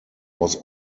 was